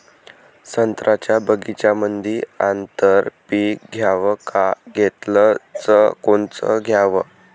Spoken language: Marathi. संत्र्याच्या बगीच्यामंदी आंतर पीक घ्याव का घेतलं च कोनचं घ्याव?